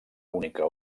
única